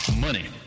money